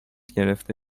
گرفته